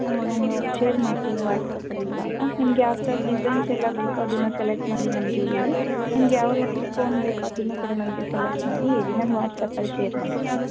ಹಾಂ ನಾನು ಶೇರ್ ಮಾಡ್ತೀನಿ ವಾಟ್ಸ್ಆ್ಯಪಲ್ಲಿ ಇವಾಗ ನಿಮ್ಗೆ ಯಾವ ಥರದ ಡಿಸೈನ್ಸ್ ಎಲ್ಲ ಬೇಕೊ ಅದನ್ನ ಸೆಲೆಕ್ಟ್ ಮಾಡಿ ನಮಗೆ ಹೇಳಿ ನಿಮಗೆ ಯಾವ ರೀತಿದು ಫೋನ್ ಬೇಕೋ ಅದನ್ನೂ ಕೂಡ ನಮಗೆ ಸೆಲೆಕ್ಟ್ ಮಾಡಿ ಹೇಳಿ ನಾನ್ ವಾಟ್ಸ್ಆ್ಯಪಲ್ಲಿ ಶೇರ್ ಮಾಡ್ತೀನಿ